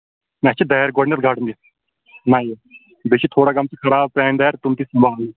مےٚ چھےٚ دارِ گۄڈٕنیٚتھ گرنہِ نیہِ بیٚیہِ چھےٚ تھوڑا گٲمژٕ خراب پرٛانہِ دارِ تِم تہِ